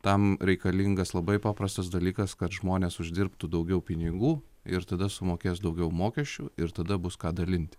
tam reikalingas labai paprastas dalykas kad žmonės uždirbtų daugiau pinigų ir tada sumokės daugiau mokesčių ir tada bus ką dalinti